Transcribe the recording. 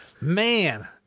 Man